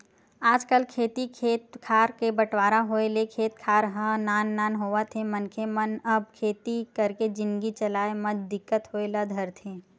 आजकल खेती खेत खार के बंटवारा होय ले खेत खार ह नान नान होवत हे मनखे मन अब खेती करके जिनगी चलाय म दिक्कत होय ल धरथे